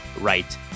right